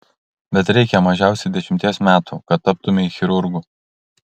bet reikia mažiausiai dešimties metų kad taptumei chirurgu